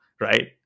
right